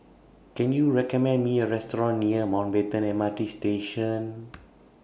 Can YOU recommend Me A Restaurant near Mountbatten M R T Station